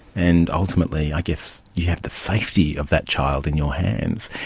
and ultimately i guess you have the safety of that child in your hands.